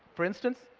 for instance,